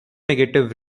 negative